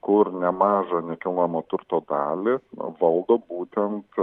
kur nemažą nekilnojamo turto dalį valdo būtent